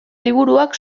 liburuak